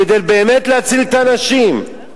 כדי באמת להציל את האנשים?